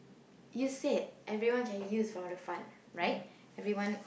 you said everyone can use from the fund right everyone